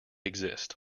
exist